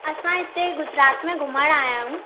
असां हिते गुजरात में घुमण आया आहियूं